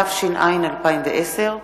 התש”ע 2010,